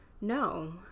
no